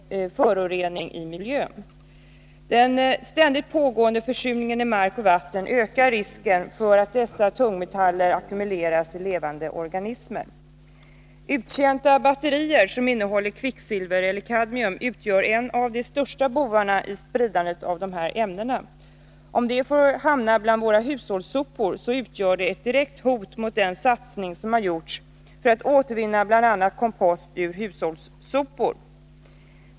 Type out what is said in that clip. Herr talman! Kadmium och kvicksilver som sprids i naturen utgör ett av våra svåraste miljöproblem, dels därför att ämnena är extremt giftiga, dels därför att de är beständiga och därigenom orsakar en permanent och obotlig förorening av miljön. Den ständigt pågående försurningen i mark och vatten ökar risken för att dessa tungmetaller ackumuleras i levande organismer. Uttjänta batterier som innehåller kvicksilver eller kadmium utgör en av de största bovarna i spridandet av de här ämnena. Om de får hamna bland våra hushållssopor, utgör de ett direkt hot mot den satsning som har gjorts för att återvinna bl.a. kompost ur hushållssopor.